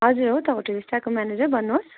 हजुर हो त होटेल स्टारको म्यानेजर भन्नुहोस्